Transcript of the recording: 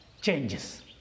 changes